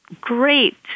great